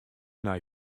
nei